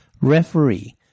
Referee